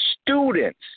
students